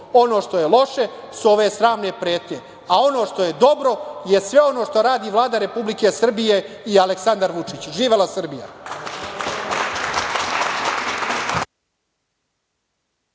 Ono što je loše su ove sramne pretnje, a ono što je dobro je sve ono što radi Vlada Republike Srbije i Aleksandar Vučić. Živela Srbija.